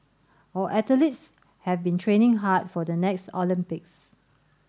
our athletes have been training hard for the next Olympics